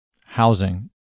Housing